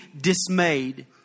dismayed